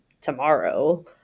tomorrow